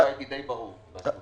די ברור.